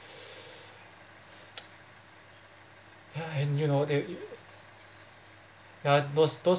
ya and you know they ya those those